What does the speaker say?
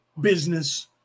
business